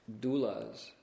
doulas